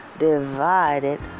Divided